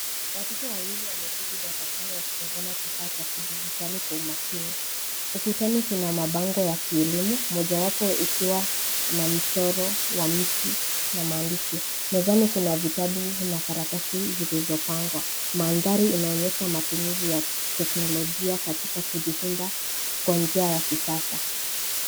Watoto wawili wameketi darasani wakitazama kifaa cha kidijitali kwa umakini. Ukutani kuna mabango ya kielimu, mojawapo ikiwa na michoro wa mti na maandishi. Mezani kuna vitabu na karatasi zilizopangwa. Mandhari inaonyesha matumizi ya teknolojia katika kujifunza kwa njia ya kisasa.